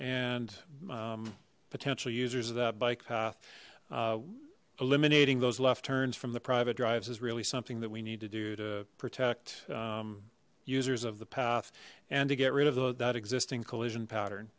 and potential users of that bike path eliminating those left turns from the private drives is really something that we need to do to protect users of the path and to get rid of that existing collision pattern